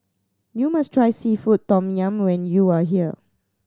you must try seafood tom yum when you are here